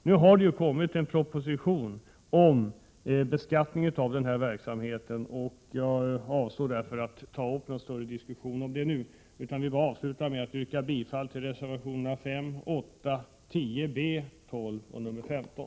Nu har det ju kommit en proposition om beskattning av denna verksamhet, och jag avstår därför från att ta upp någon större diskussion om detta i dag. Jag vill bara avsluta med att yrka bifall till reservationerna 5, 8, 10 b, 12 och 15.